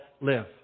live